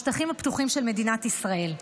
בשטחים הפתוחים של מדינת ישראל.